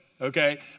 okay